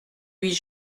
huit